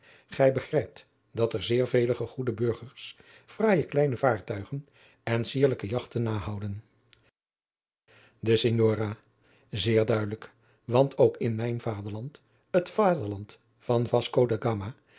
gij begrijpt dat er zeer vele gegoede burgers fraaije kleine vaartuigen en sierlijke jagten nahouden de signora zeer duidelijk want ook in mijn vaderland het vaderland van